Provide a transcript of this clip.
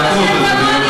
כיוון שאני חושב כמעט כמוך,